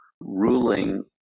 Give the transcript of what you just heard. ruling